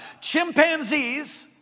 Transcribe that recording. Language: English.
Chimpanzees